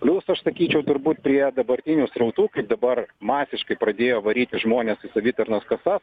nors aš sakyčiau turbūt prie dabartinių srautų kai dabar masiškai pradėjo varyti žmones į savitarnos kasas